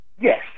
Yes